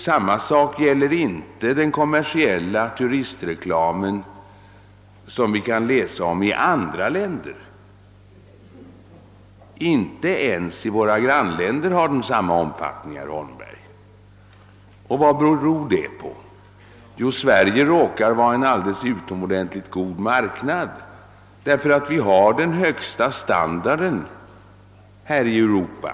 Samma förhållande gäller inte den kommersiella turistreklamen i andra länder. Inte ens i våra grannländer förekommer den i samma omfattning, herr Holmberg. Vad beror då detta på? Jo, Sverige råkar vara en alldeles utomordentligt god marknad, eftersom vi har den högsta standarden bland staterna i Europa.